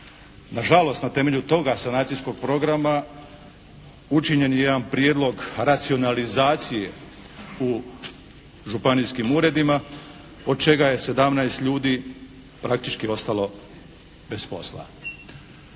Nažalost, na temelju toga sanacijskog programa učinjen je jedan prijedlog racionalizacije u županijskim uredima od čega je sedamnaest ljudi praktički ostalo bez posla.